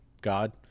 God